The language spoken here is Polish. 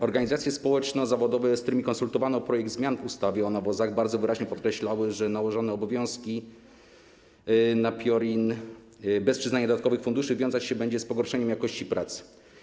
Organizacje społeczno-zawodowe, z którymi konsultowano projekt zmian w ustawie o nawozach, bardzo wyraźnie podkreślały, że nałożenie tych obowiązków na PIORiN bez przyznania dodatkowych funduszy będzie się wiązać z pogorszeniem jakości pracy.